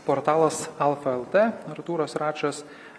portalas alfa lt artūras račas